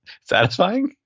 satisfying